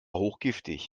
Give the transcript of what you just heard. hochgiftig